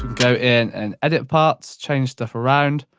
go in and edit parts, change stuff around.